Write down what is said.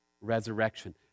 resurrection